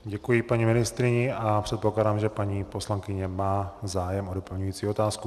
Děkuji paní ministryni a předpokládám, že paní poslankyně má zájem o doplňující otázku.